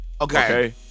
Okay